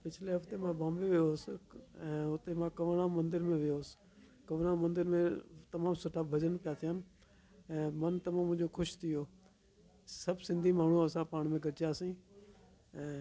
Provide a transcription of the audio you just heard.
पिछले हफ़्ते मां बॉम्बे वियो हुउसि ऐं हुते मां कंवर राम मंदर बि वियोसीं कंवर राम मंदर में तमामु सुठा भॼन पिया थियनि ऐं मनु तमामु मुंहिंजो ख़ुशि थी वियो सभु सिंधी माण्हू असां पाण में गॾिजियासीं ऐं